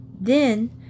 Then